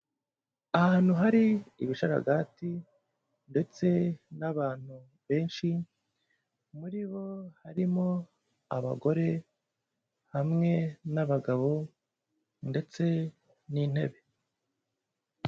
Ahantu hari ibisharagati ndetse n'abantu benshi, muri bo harimo abagore hamwe n'abagabo ndetse n'intebe.